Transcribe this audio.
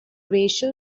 racial